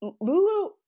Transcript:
Lulu